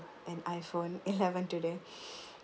and iphone eleven today